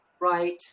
right